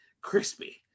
crispy